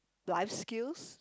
life skills